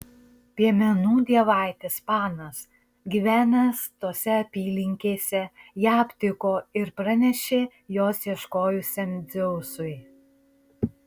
piemenų dievaitis panas gyvenęs tose apylinkėse ją aptiko ir pranešė jos ieškojusiam dzeusui